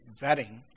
vetting